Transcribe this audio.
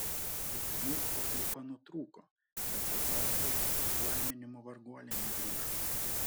keiksmų papliūpa nutrūko bet atgal prie palaiminimų varguolė negrįžo